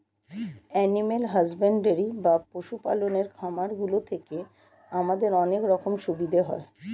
animal husbandry বা পশু পালনের খামারগুলি থেকে আমাদের অনেক রকমের সুবিধা হয়